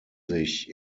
sich